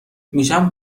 میشم